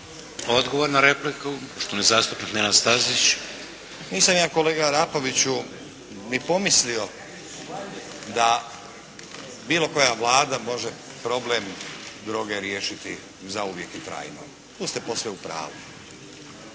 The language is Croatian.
Odgovor na repliku poštovani zastupnik Nenad Stazić. **Stazić, Nenad (SDP)** Nisam ja kolega Arapoviću ni pomislio da bilo koja Vlada može problem droge riješiti zauvijek i trajno. Tu ste posve u pravu.